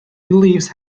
believes